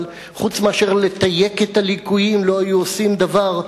אבל חוץ מאשר תיוק הליקויים הם לא היו עושים דבר.